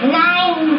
nine